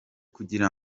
kugira